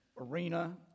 arena